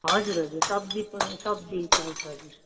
हजुर हजुर सब्जी सब्जी चाहिएको हजुर